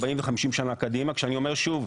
40 ו-50 שנה קדימה כשאני אומר שוב,